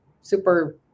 super